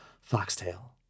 foxtail